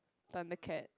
Thundercat